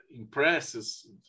Impresses